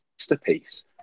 masterpiece